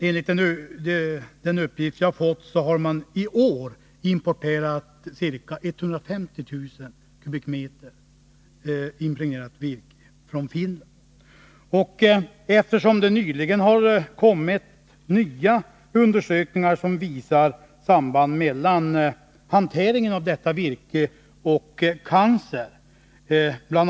Enligt den uppgift jag har fått har man i år importerat ca 150 000 m? impregnerat virke från Finland. Det har nyligen kommit nya undersökningar som visar samband mellan hanteringen av detta virke och cancer. Bl.